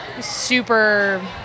super